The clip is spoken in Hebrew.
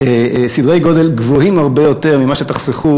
סדרי גודל גבוהים הרבה יותר ממה שתחסכו